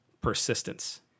persistence